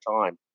time